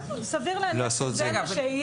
את זה --- סביר להניח שזה מה שיהיה.